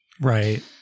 right